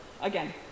again